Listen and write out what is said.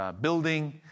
building